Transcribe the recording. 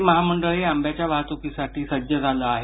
ST महामंडळही आंब्याच्या वाहतुकीसाठी सज्ज झालं आहे